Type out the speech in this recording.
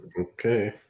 Okay